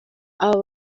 aba